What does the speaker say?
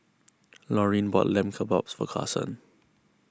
Lorean bought Lamb Kebabs for Karson